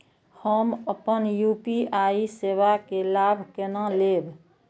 हम अपन यू.पी.आई सेवा के लाभ केना लैब?